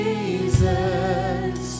Jesus